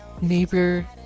Neighbor